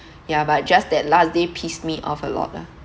yeah but just that last day pissed me off a lot ah